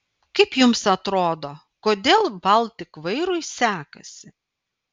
kaip jums atrodo kodėl baltik vairui sekasi